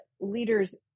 leaders